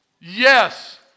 Yes